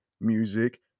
music